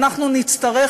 ואנחנו נצטרך,